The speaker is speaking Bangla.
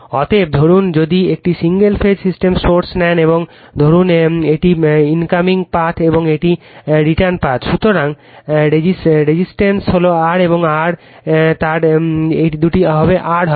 অতএব ধরুন যদি একটি সিঙ্গেল ফেজ সোর্স নেন এবং ধরুন এটি ইনকামিং পাথ এবং এটি রিটার্ন পাথ সুতরাং রেজিস্ট্যান্স হল R এবং R তাহলে এটি দুটি R হবে